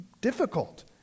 difficult